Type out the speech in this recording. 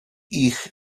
ich